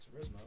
Turismo